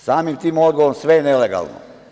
Samim tim odgovorom, sve je nelegalno.